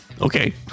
Okay